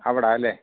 അവിടാ അല്ലേ